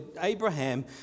Abraham